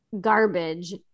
garbage